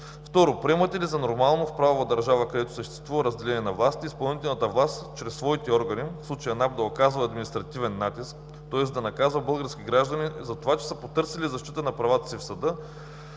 2. Приемате ли за нормално в правова държава, където съществува разделение на властите, изпълнителната власт чрез своите органи, в случая НАП, да оказва административен натиск, тоест да наказва български граждани затова, че са потърсили защита на правата си в съда,